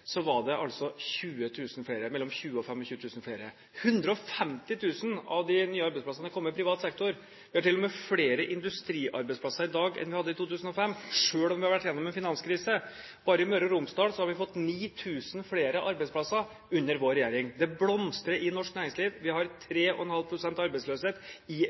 altså kommet mellom 20 000 og 25 000 flere. 150 000 av de nye arbeidsplassene har kommet i privat sektor. Vi har til og med flere industriarbeidsplasser i dag enn vi hadde i 2005, selv om vi har vært gjennom en finanskrise. Bare i Møre og Romsdal har vi fått 9 000 flere arbeidsplasser under vår regjering. Det blomstrer i norsk næringsliv. Vi har 3,5 pst. arbeidsløshet i